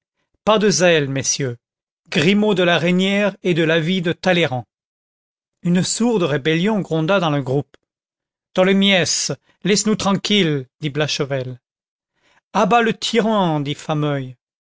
pas de zèle messieurs grimod de la reynière est de l'avis de talleyrand une sourde rébellion gronda dans le groupe tholomyès laisse-nous tranquilles dit blachevelle à bas le tyran dit fameuil